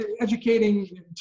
educating